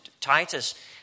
Titus